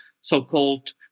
so-called